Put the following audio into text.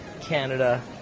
Canada